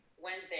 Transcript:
Wednesday